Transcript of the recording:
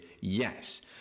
yes